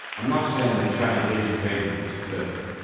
i am not saying that chinese education is perfect.